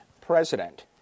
president